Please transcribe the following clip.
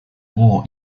war